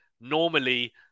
normally